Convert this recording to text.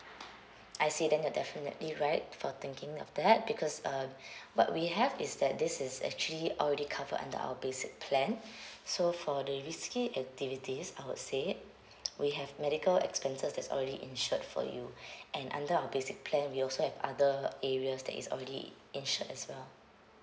I see then you're definitely right for thinking of that because uh what we have is that this is actually already covered under our basic plan so for the risky activities I would say we have medical expenses that's already insured for you and under our basic plan we also have other areas that is already insured as well